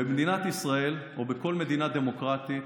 במדינת ישראל, כמו בכל מדינה דמוקרטית,